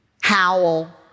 Howl